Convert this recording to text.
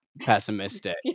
pessimistic